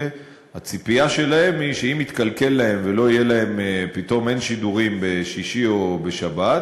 הציפייה שלהם היא שאם מתקלקל להם ופתאום אין שידורים בשישי או בשבת,